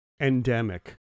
endemic